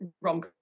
rom